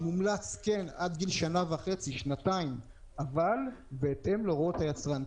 מומלץ עד גיל שנה וחצי-שנתיים אבל בהתאם להוראות היצרן.